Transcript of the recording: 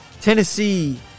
Tennessee